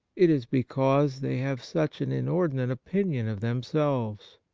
it is because they have such an inordinate opinion of themselves.